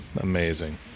amazing